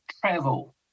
travel